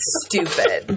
stupid